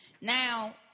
Now